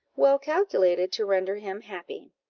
well calculated to render him happy.